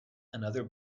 another